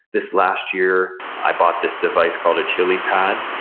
this last year, i bought this device called a chilipad,